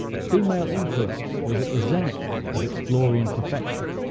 female influence was at the zenith of its glory and perfection.